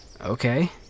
Okay